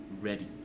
ready